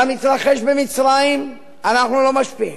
על המתרחש במצרים אנחנו לא משפיעים,